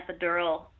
epidural